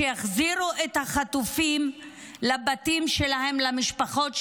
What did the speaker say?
שיחזירו את החטופים לבתים שלהם, למשפחות שלהם,